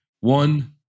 One